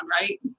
right